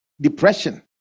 Depression